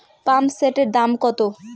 পাম্পসেটের দাম কত?